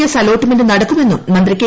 S allotment നടക്കുമെന്നും മന്ത്രി K